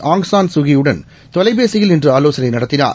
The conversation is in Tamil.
ஆங் சான் சுகி யடன் தொலைபேசியில் இன்றுஆலோசனைநடத்தினார்